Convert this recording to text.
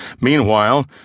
Meanwhile